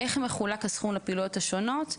איך מחולק הסכום לפעילויות השונות?